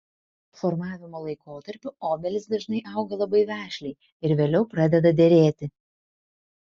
formavimo laikotarpiu obelys dažnai auga labai vešliai ir vėliau pradeda derėti